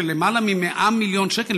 של למעלה מ-100 מיליון שקל,